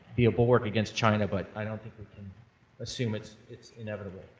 be a bulwark against china, but i don't think we can assume it's it's inevitable.